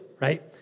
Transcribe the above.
right